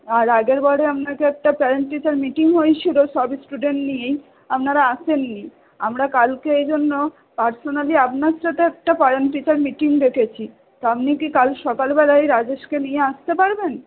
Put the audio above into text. আর আগেরবারে আপনাকে একটা প্যারেন্ট টিচার মিটিং হয়েছিল সব স্টুডেন্ট নিয়েই আপনারা আসেননি আমরা কালকে এই জন্য পার্সোনালি আপনার সাথে একটা প্যারেন্ট টিচার মিটিং রেখেছি তো আপনি কি কাল সকালবেলায় রাজেশকে নিয়ে আসতে পারবেন